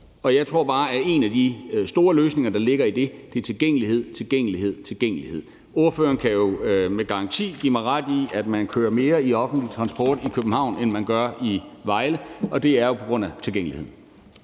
Jeg tror bare, at en af de vigtige løsninger på det er tilgængelighed, tilgængelighed, tilgængelighed. Ordføreren kan med garanti give mig ret i, at man bruger den offentlige transport mere i København, end man gør i Vejle, og det er jo på grund af tilgængeligheden.